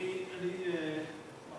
אני תמיד,